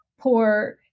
poor